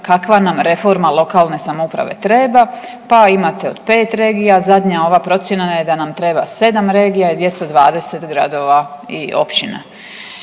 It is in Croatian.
kakva nam reforma lokalne samouprave treba, pa imate od 5 regija, zadnja ova procjena je da nam treba 7 regija i 220 gradova i općina.